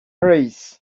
was